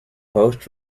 post